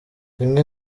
rimwe